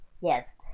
Yes